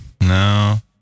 No